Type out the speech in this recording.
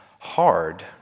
hard